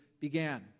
began